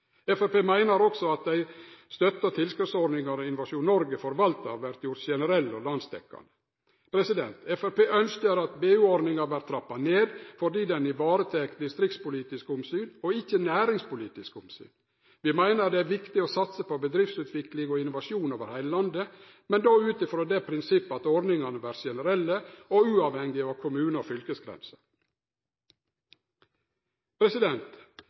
meiner også at dei støtte- og tilskotsordningane Innovasjon Noreg forvaltar, vert gjorde generelle og landsdekkjande. Framstegspartiet ønskjer at BU-ordninga vert trappa ned, fordi ho varetek distriktspolitiske omsyn og ikkje næringspolitiske omsyn. Vi meiner det er viktig å satse på bedriftsutvikling og innovasjon over heile landet, men då ut frå det prinsippet at ordningane vert gjorde generelle og uavhengige av kommune- og